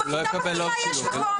בכיתה מקבילה יש מקום.